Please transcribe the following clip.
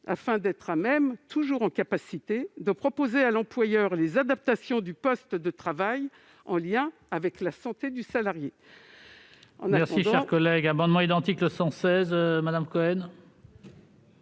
afin d'être toujours en mesure de proposer à l'employeur des adaptations du poste de travail en lien avec la santé du salarié.